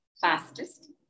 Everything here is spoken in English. fastest